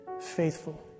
faithful